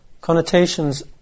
connotations